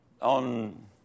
On